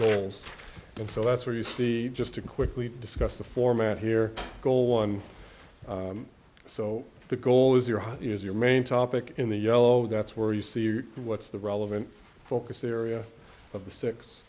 goals and so that's where you see just to quickly discuss the format here goal one so the goal is your what is your main topic in the yellow that's where you see your what's the relevant focus area of the six